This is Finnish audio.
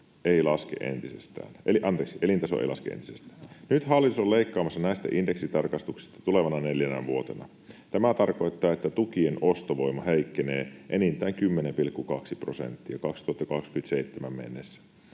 Nyt hallitus on leikkaamassa näistä indeksitarkistuksista tulevana neljänä vuotena. Tämä tarkoittaa, että tukien ostovoima heikkenee enintään 10,2 prosenttia 2027 mennessä